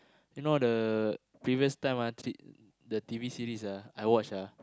you know the previous time ah the T_V series ah I watch ah